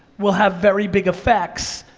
will have very big effects,